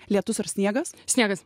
lietus ar sniegas sniegas